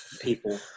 people